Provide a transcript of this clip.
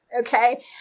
Okay